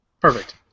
Perfect